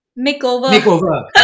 Makeover